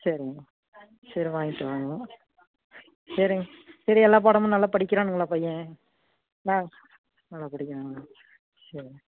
சரிங்க சரி வாய்ங்கிலாங்களா சரிங்க சரி எல்லா பாடமும் நல்லா படிக்கிறானுங்களா பையன் நான் நல்ல படிக்கிறானுங்களா சரிங்க